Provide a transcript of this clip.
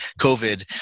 COVID